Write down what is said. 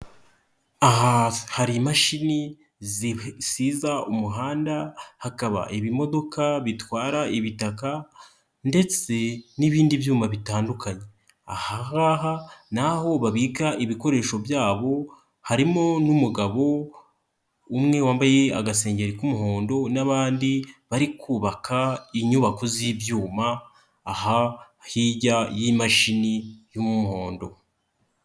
Aha hari imashini zisiza umuhanda hakaba ibimodoka bitwara ibitaka ndetse n'ibindi byuma bitandukanye. Aha ngaha naho babika ibikoresho byabo harimo n'umugabo umwe wambaye agasengeri k'umuhondo n'abandi bari kubaka inyubako z'ibyuma aha hirya y'imashini y'umuhondo.